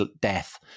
death